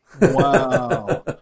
Wow